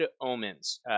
omens